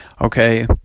okay